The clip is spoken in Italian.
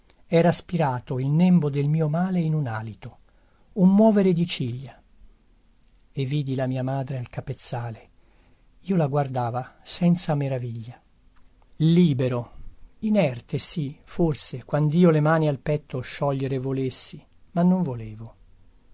era spirato il nembo del mio male in un alito un muovere di ciglia e vidi la mia madre al capezzale io la guardava senza meraviglia libero inerte sì forse quandio le mani al petto sciogliere volessi ma non volevo